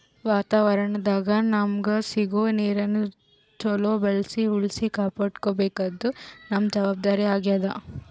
ವಾತಾವರಣದಾಗ್ ನಮಗ್ ಸಿಗೋ ನೀರನ್ನ ಚೊಲೋ ಬಳ್ಸಿ ಉಳ್ಸಿ ಕಾಪಾಡ್ಕೋಬೇಕಾದ್ದು ನಮ್ಮ್ ಜವಾಬ್ದಾರಿ ಆಗ್ಯಾದ್